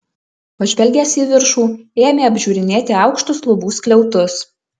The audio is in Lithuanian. pažvelgęs į viršų ėmė apžiūrinėti aukštus lubų skliautus